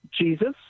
jesus